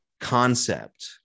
concept